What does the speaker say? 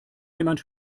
jemand